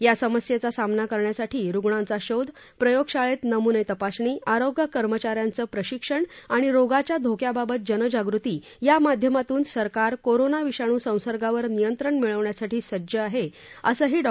या समस्येचा सामना करण्यासाठी रुग्णांचा शोध प्रयोगशाळेत नमुने तपासणी आरोग्य कर्मचाऱ्यांचं प्रशिक्षण आणि रोगाच्या धोक्याबाबत जनजागृती या माध्यमातून सरकार कोरोना विषाणू संसर्गावर नियंत्रण मिळवण्यासाठी सज्ज आहे अशी माहिती डॉ